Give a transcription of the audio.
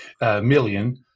million